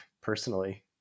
personally